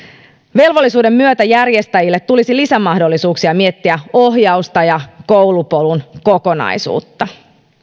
velvollisuuden myötä järjestäjille tulisi lisämahdollisuuksia miettiä ohjausta ja koulupolun kokonaisuutta